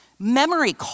Memory